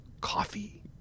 coffee